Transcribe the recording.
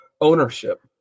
ownership